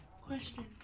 Question